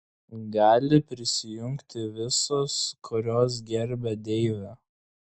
gali prisijungti visos kurios gerbia deivę